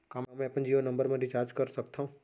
का मैं अपन जीयो नंबर म रिचार्ज कर सकथव?